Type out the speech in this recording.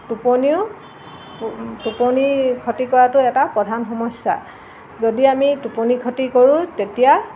টোপনিও টোপনি ক্ষতি কৰাটো এটা প্ৰধান সমস্যা যদি আমি টোপনি ক্ষতি কৰোঁ তেতিয়া